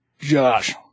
Josh